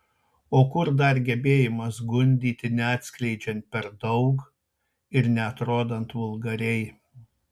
o kur dar gebėjimas gundyti neatskleidžiant per daug ir neatrodant vulgariai